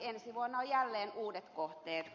ensi vuonna on jälleen uudet kohteet